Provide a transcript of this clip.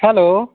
hello